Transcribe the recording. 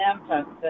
infants